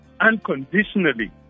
unconditionally